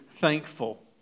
thankful